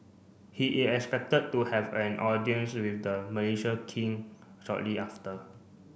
he is expected to have an audience with the Mlaaysia King shortly after